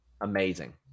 Amazing